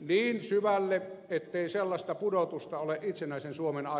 niin syvälle ettei sellaista pudotusta ole itsenäisen suomen aikana koettu